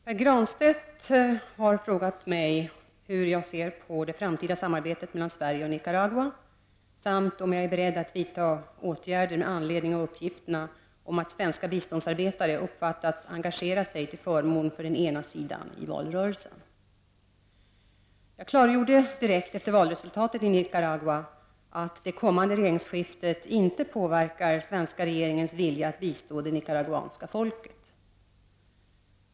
Herr talman! Pär Granstedt har frågat mig om hur jag ser på det framtida samarbetet mellan Sverige och Nicaragua samt om jag är beredd att vidta åtgärder med anledning av uppgifterna om att svenska biståndsarbetare uppfattats engagera sig till förmån för den ena sidan i valrörelsen. Jag klargjorde direkt efter valresultatet i Nicaragua att det kommande regeringsskiftet inte påverkar den svenska regeringens vilja att bistå det nicaraguanska folket.